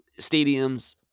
Stadiums